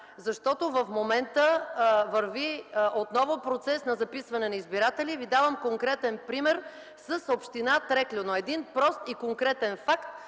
защото в момента отново върви процес на записване на избиратели. Давам ви конкретен пример с община Трекляно. Прост и конкретен факт,